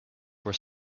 were